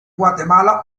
guatemala